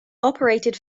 operated